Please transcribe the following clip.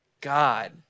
God